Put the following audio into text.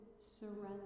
surrender